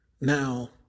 Now